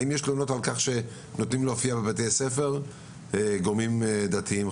האם יש תלונות על כך שנותנים להופיע בבתי ספר גורמים דתיים-חרדיים?